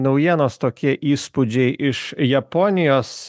naujienos tokie įspūdžiai iš japonijos